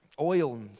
oil